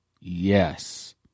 Yes